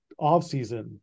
offseason –